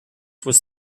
was